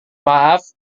maaf